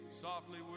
softly